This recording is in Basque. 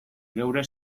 geure